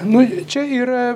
nu čia yra